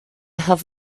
have